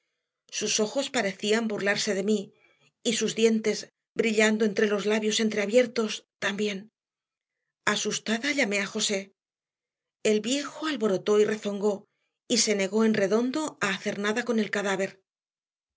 sus ojos parecían burlarse de mí y sus dientes brillando entre los labios entreabiertos también asustada llamé a josé el viejo alborotó y rezongó y se negó en redondo a hacer nada con el cadáver